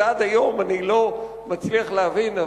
ועד היום אני לא מצליח להבין,